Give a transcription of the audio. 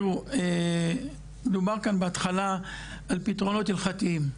דובר כאן בהתחלה על פתרונות הלכתיים,